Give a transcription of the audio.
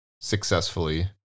successfully